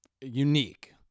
unique